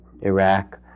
Iraq